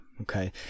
Okay